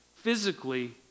Physically